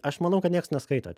aš manau kad nieks neskaito